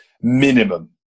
minimum